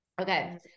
Okay